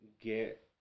get